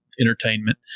entertainment